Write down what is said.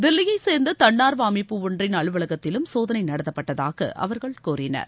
தில்லியைச் சேர்ந்த தன்னார்வ அமைப்பு ஒன்றிள் அலுவலகத்திலும் சோதனை நடத்தப்பட்டதாக அவர்கள் கூறினர்